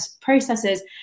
processes